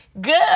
Good